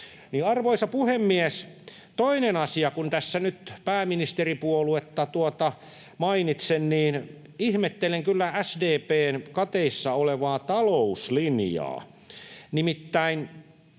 Arvoisa puhemies! Toinen asia, kun tässä nyt pääministeripuoluetta mainitsen: Ihmettelen kyllä SDP:n kateissa olevaa talouslinjaa.